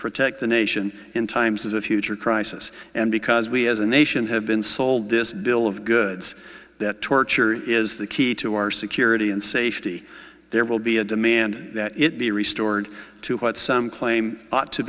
protect the nation in times of future crisis and because we as a nation have been sold this bill of goods that torture is the key to our security and safety there will be a demand that it be restored to what some claim ought to